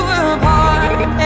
apart